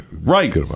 Right